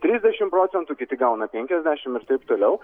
trisdešimt procentų kiti gauna penkiasdešimt ir taip toliau